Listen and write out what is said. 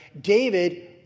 David